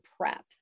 prep